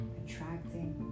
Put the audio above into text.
attracting